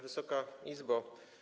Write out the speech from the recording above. Wysoka Izbo!